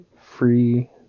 free